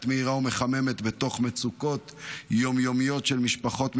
מאירה ומחממת בתוך מצוקות יום-יומיות של משפחות מתמודדות,